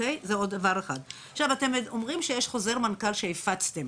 אתם אומרים שיש חוזר מנכ"ל שהפצתם,